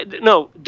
no